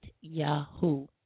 Yahoo